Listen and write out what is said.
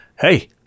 hey